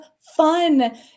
fun